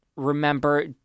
remember